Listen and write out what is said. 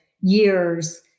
years